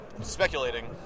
speculating